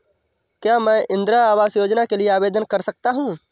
क्या मैं इंदिरा आवास योजना के लिए आवेदन कर सकता हूँ?